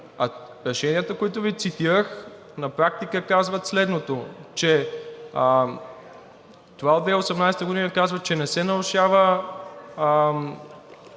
решенията, които Ви цитирах, на практика казват следното: това от 2018 г. казва, че не се нарушава,